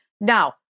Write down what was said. Now